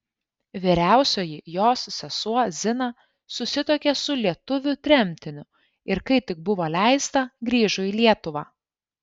vyriausioji jos sesuo zina susituokė su lietuviu tremtiniu ir kai tik buvo leista grįžo į lietuvą